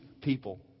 people